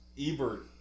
Ebert